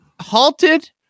halted